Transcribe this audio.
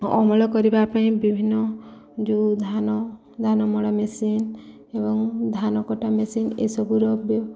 ଅମଳ କରିବା ପାଇଁ ବିଭିନ୍ନ ଯୋଉ ଧାନ ଧାନ ମଳା ମେସିନ୍ ଏବଂ ଧାନ କଟା ମେସିନ୍ ଏସବୁର